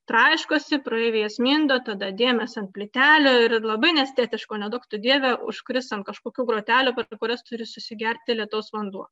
traiškosi praeiviai jas mindo tada dėmės ant plytelių ir labai neestetiško o neduok dieve užkris ant kažkokių grotelių kurias turi susigerti lietaus vanduo